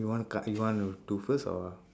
you want to card you want to do first or what